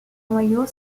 noyau